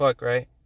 right